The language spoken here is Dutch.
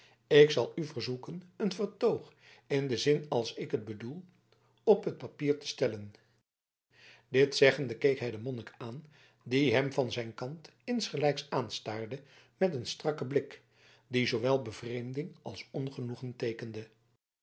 ik zal u verzoeken een vertoog in den zin als ik het bedoel op het papier te stellen dit zeggende keek hij den monnik aan die hem van zijn kant insgelijks aanstaarde met een strakken blik die zoowel bevreemding als ongenoegen teekende